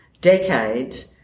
decades